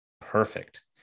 Perfect